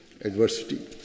adversity